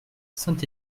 saint